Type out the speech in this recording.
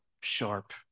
sharp